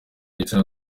gitsina